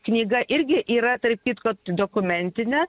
knyga irgi yra tarp kitko dokumentinė